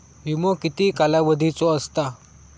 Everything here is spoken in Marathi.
विमो किती कालावधीचो असता?